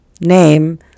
name